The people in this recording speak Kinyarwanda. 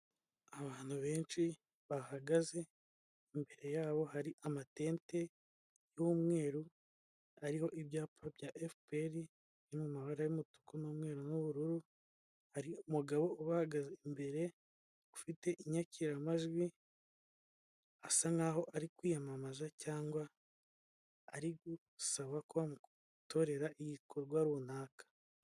Abantu benshi bahagaze, imbere yabo hari amatente y'umweru ariho ibyapa bya FPR biri mu mabara y'umutuku n'umweru n'ubururu, hari umugabo ubahagaze imbere ufite inyakiramajwi asa nk'aho ari kwiyamamaza cyangwa ari gusaba ko bamutorera igikorwa runaka.